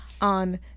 on